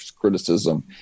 criticism